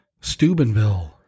steubenville